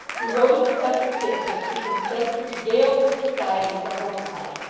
he rose to such a pitch as to consent to regale the society with a hornpipe,